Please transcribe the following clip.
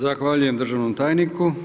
Zahvaljujem državnom tajniku.